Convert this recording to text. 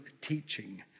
teaching